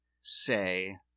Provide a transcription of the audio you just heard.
say